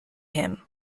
him